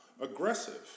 Aggressive